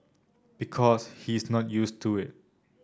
because he's not used to it